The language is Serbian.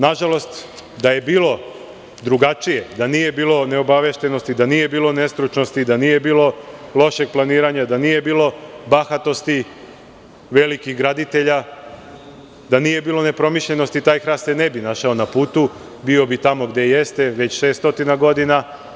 Nažalost, da je bilo drugačije, da nije bilo neobaveštenosti, da nije bilo nestručnosti da nije bilo lošeg planiranja, da nije bilo bahatosti velikih graditelja, da nije bilo nepromišljenosti, taj hrast se ne bi našao na putu, bio bi tamo gde jeste već 600 godina.